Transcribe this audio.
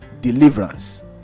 deliverance